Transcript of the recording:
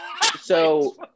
So-